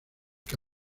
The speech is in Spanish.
que